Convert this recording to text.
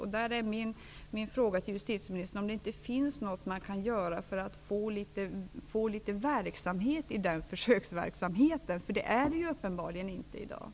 Min fråga till justitieministern är om det inte finns något som man kan göra för att få i gång denna försöksverksamhet, eftersom den i dag uppenbarligen inte är i gång.